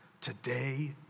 today